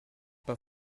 pas